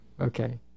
Okay